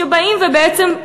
שבאים ובעצם,